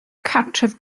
cartref